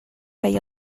feia